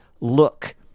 look